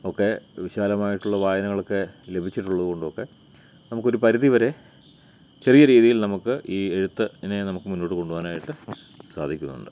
ഒക്കെ വിശാലമായിട്ടുള്ള വായനകളൊക്കെ ലഭിച്ചിട്ടുള്ളതു കൊണ്ടൊക്കെ നമുക്കൊരു പരിധിവരെ ചെറിയ രീതിയിൽ നമക്ക് ഈ എഴുത്തിനെ നമുക്ക് മുന്നോട്ടുകൊണ്ടുപോകാനായിട്ട് സാധിക്കുന്നുണ്ട്